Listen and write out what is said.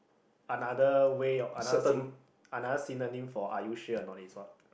another way another syn~ another synonym for are you sure or not is what